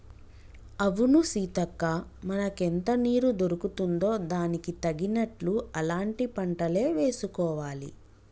అవును సీతక్క మనకెంత నీరు దొరుకుతుందో దానికి తగినట్లు అలాంటి పంటలే వేసుకోవాలి